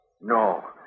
No